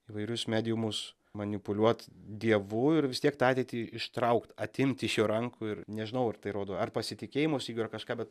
įvairius mediumus manipuliuot dievu ir vis tiek tą ateitį ištraukt atimt iš jo rankų ir nežinau ar tai rodo ar pasitikėjimo stygių ar kažką bet